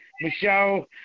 Michelle